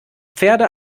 pferde